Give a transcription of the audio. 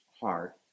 heart